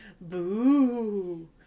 Boo